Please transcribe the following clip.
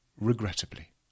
Regrettably